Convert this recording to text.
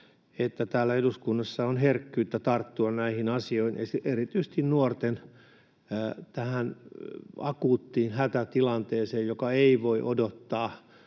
että täällä eduskunnassa on herkkyyttä tarttua näihin asioihin — erityisesti nuorten akuuttiin hätätilanteeseen, joka ei voi odottaa,